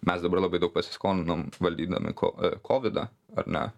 mes dabar labai daug pasiskolinom valdydami ko e kovidą ar ne